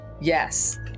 Yes